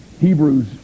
Hebrews